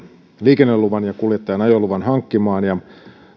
liikenneluvan ja kuljettajan ajoluvan hankkimaan ja